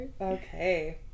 Okay